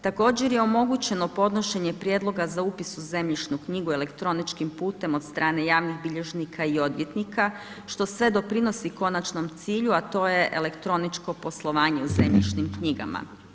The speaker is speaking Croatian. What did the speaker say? Također je omogućeno podnošenje prijedloga za upis u zemljišnu knjigu elektroničkim putem od strane javnih bilježnika i odvjetnika što sve doprinosi konačnom cilju a to je elektroničko poslovanje u zemljišnim knjigama.